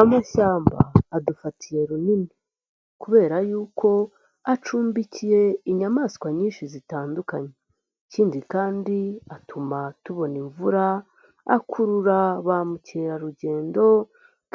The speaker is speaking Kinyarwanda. Amashyamba adufatiye runini kubera yuko acumbikiye inyamaswa nyinshi zitandukanye, ikindi atuma tubona imvura, akurura ba mukerarugendo,